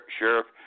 Sheriff